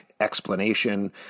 explanation